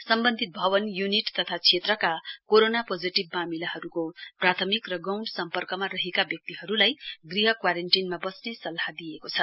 सम्वन्धित भवन य्निट तथा क्षेत्रका कोरोना पोजिटिभ मामिलाहरूको प्राथमिक र गौण सम्पर्कमा रहेका व्यक्तिहरूलाई गृह क्वारेन्टीनमा बस्ने सल्लाह दिइएको छ